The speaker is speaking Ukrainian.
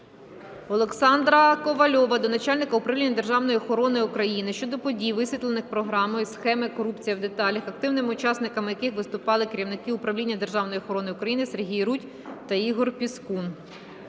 Олександра Ковальова до начальника Управління державної охорони України щодо подій, висвітлених програмою "Схеми: корупція в деталях", активними учасниками яких виступили керівники Управління державної охорони України Сергій Рудь та Ігор Піскун.